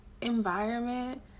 environment